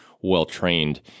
well-trained